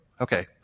Okay